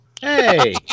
Hey